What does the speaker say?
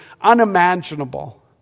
unimaginable